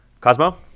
cosmo